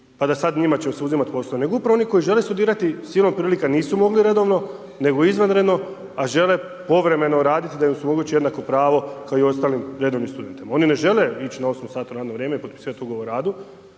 pa da sad njima će se oduzimati posto, nego upravo oni koji žele studirati silom prilika nisu mogli redovno, nego izvanredno a žele povremeno radit da im omogući jednako pravo kao i ostalim redovnim studentima. Oni ne žele ići na 8 satno radno vrijeme i potpisivat ugovor o radu,